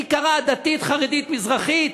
שהיא בעיקרה דתית חרדית מזרחית,